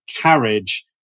carriage